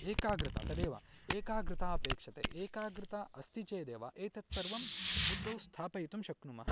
एकाग्रता तदेव एकाग्रता अपेक्षते एकाग्रता अस्ति चेदेव एतत् सर्वं बुद्धौ स्थापयितुं शक्नुमः